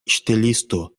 ŝtelisto